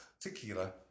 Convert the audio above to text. Tequila